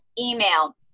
email